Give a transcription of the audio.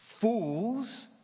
fools